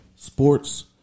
Sports